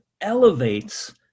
elevates